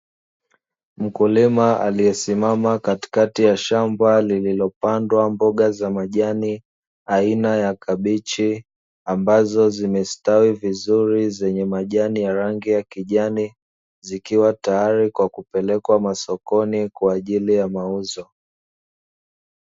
Mkulima aliyesimama katikati ya shamba lililopandwa mboga za majani aina ya kabichi, ambazo zimestawi vizuri zenye majani ya rangi ya kijani, zikiwa tayari kwa kupelekwa masokoni kwa ajili ya mauzo.